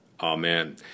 Amen